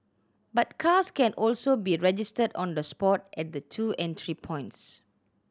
but cars can also be registered on the spot at the two entry points